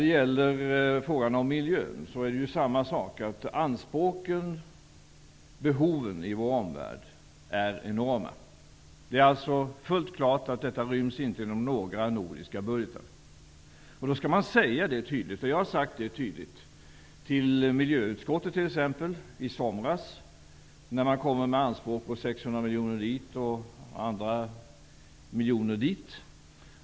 Det förhåller sig på samma sätt i fråga om miljön. Anspråken och behoven i vår omvärld är enorma. Det är fullt klart att dessa inte ryms inom några nordiska budgetar. Det skall man säga klart och tydligt, vilket jag har gjort. Jag sade det till t.ex. miljöutskottet i somras då man kom med anspråk på 600 miljoner hit och ett ytterligare antal miljoner dit.